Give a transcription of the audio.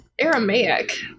Aramaic